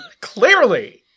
Clearly